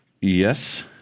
Yes